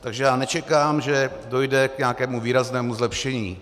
Takže já nečekám, že dojde k nějakému výraznému zlepšení.